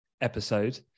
episode